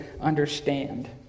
understand